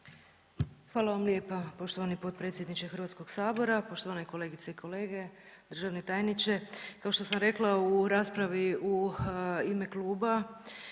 Hvala vam lijepa poštovani potpredsjedniče HS, poštovane kolegice i kolege, državni tajniče. Kao što sam rekla u raspravi u ime kluba